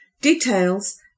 Details